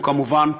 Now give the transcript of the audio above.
כמובן,